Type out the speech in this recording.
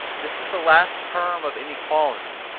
this is the last term of inequality,